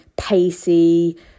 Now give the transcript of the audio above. pacey